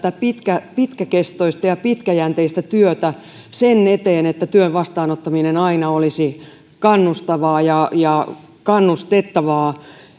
pitkäkestoista ja pitkäjänteistä työtä sen eteen että työn vastaanottaminen aina olisi kannustavaa ja ja kannustettavaa